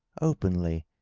openly,